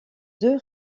deux